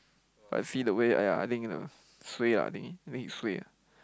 I see the way !aiya! I think the suay ah I think think he suay ah